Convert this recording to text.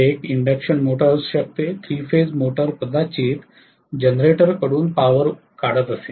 हे एक induction motor असू शकते 3 फेज मोटर कदाचित जनरेटरकडून शक्ती काढत असेल